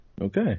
Okay